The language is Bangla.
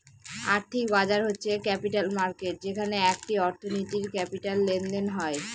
আর্থিক বাজার হচ্ছে ক্যাপিটাল মার্কেট যেখানে একটি অর্থনীতির ক্যাপিটাল লেনদেন হয়